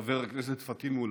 חבר הכנסת פטין מולא,